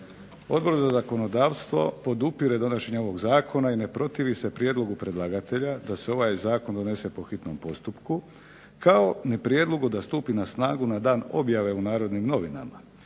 Odbor za zakonodavstvo podupire donošenje ovog zakona i ne protivi se prijedlogu predlagatelja da se ovaj zakon donese po hitnom postupku, kao ni prijedlogu da stupi na snagu na dan objave u Narodnim novinama.